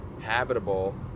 habitable